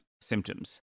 symptoms